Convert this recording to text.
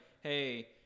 hey